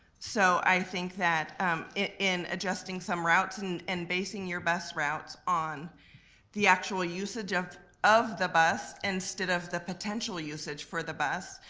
so i think that in adjusting some routes and and basing your bus routes on the actual usage of of the bus instead of the potential usage for the bus.